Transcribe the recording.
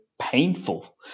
painful